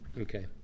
Okay